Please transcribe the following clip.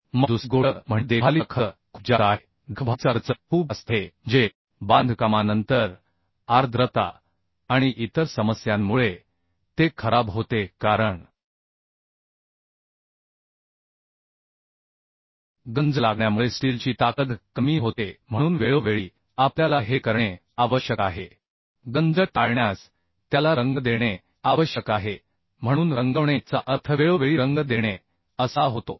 मग दुसरी गोष्ट म्हणजे देखभालीचा खर्च खूप जास्त आहे देखभालीचा खर्च खूप जास्त आहे म्हणजे बांधकामानंतर आर्द्रता आणि इतर समस्यांमुळे ते खराब होते कारण गंज लागण्यामुळे स्टीलची ताकद कमी होते म्हणून वेळोवेळी आपल्याला हे करणे आवश्यक आहे गंज टाळण्यास त्याला रंग देणे आवश्यक आहे म्हणून रंगवणे चा अर्थ वेळोवेळी रंग देणे असा होतो